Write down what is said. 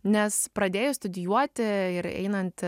nes pradėjus studijuoti ir einant